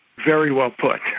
very well put,